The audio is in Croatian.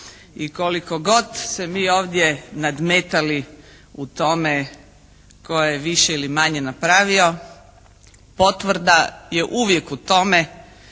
I koliko god se mi ovdje nadmetali u tome tko je više ili manje napravio, potvrda je uvijek u tome